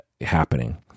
happening